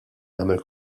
nagħmel